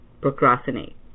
procrastinate